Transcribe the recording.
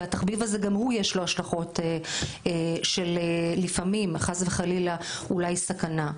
וגם לתחביב הזה יש השלכות של לפעמים חס וחלילה אולי סכנה.